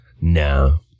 No